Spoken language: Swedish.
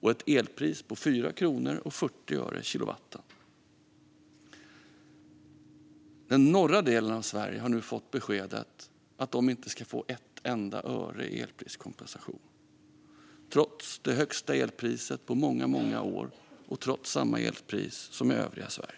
och ett elpris på 4 kronor och 40 öre per kilowattimme. Den norra delen av Sverige har nu fått beskedet att de inte ska få ett enda öre i elpriskompensation, trots det högsta elpriset på många år och trots att de nu har samma elpris som övriga Sverige.